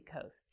coast